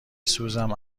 سوزم